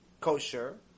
kosher